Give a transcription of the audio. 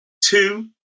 two